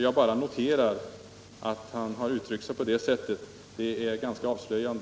Jag bara noterar att han uttryckte sig på det sättet. Det är ganska avslöjande.